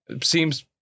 Seems